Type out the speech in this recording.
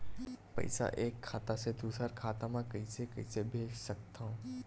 पईसा एक खाता से दुसर खाता मा कइसे कैसे भेज सकथव?